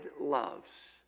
loves